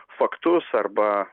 faktus arba